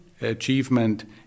achievement